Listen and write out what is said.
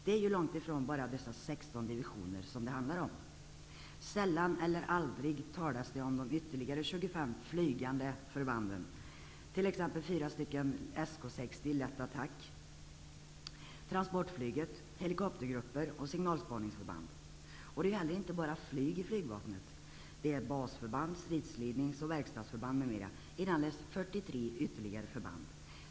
Det är ju långt ifrån bara dessa 16 divisioner det handlar om. Sällan eller aldrig talas det om de 25 ytterligare ''flygande'' förbanden, t.ex. fyra SK 60 lätta attackdivisioner, transportflyget, helikoptergrupper och signalspaningsförband. Det finns inte bara flyg i flygvapnet. Det finns basförband, stridsledningsoch verkstadsförband m.m., inalles 43 ytterligare förband.